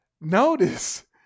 notice